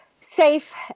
safe